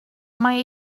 mae